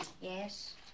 Yes